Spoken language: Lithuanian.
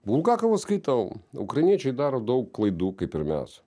bulgakovą skaitau ukrainiečiai daro daug klaidų kaip ir mes